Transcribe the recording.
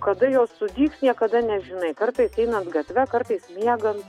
kada jos sudygs niekada nežinai kartais einant gatve kartais miegant